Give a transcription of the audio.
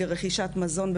לרכישת מזון,